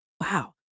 Wow